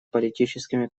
политическими